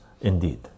Indeed